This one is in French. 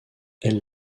elle